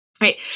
right